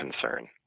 concern